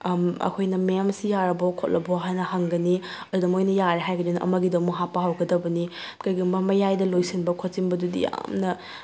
ꯑꯩꯈꯣꯏꯅ ꯃꯦꯝ ꯁꯤ ꯌꯥꯔꯕꯣ ꯈꯣꯠꯂꯕꯣ ꯍꯥꯏꯅ ꯍꯪꯒꯅꯤ ꯑꯗꯨꯗ ꯃꯣꯏꯅ ꯌꯥꯔꯦ ꯍꯥꯏꯔꯒꯗꯤ ꯑꯃꯒꯤꯗꯣ ꯑꯃꯨꯀ ꯍꯥꯞꯄ ꯍꯧꯒꯗꯕꯅꯤ ꯀꯩꯒꯨꯝꯕ ꯃꯌꯥꯏꯗ ꯂꯣꯏꯁꯤꯟꯕ ꯈꯣꯠꯆꯤꯟꯕꯗꯨꯗꯤ ꯌꯥꯝꯅ